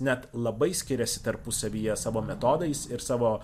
net labai skiriasi tarpusavyje savo metodais ir savo